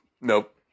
nope